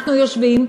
אנחנו יושבים,